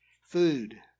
Food